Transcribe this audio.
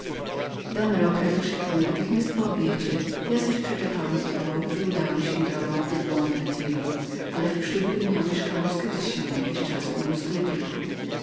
don roque wyszedł natychmiast po obiedzie ja zaś przeczekałem upał i udałem się drogą ku buen retiro ale wprzódy nie omieszkałem skryć się na jakiś czas w moim sklepiku